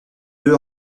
deux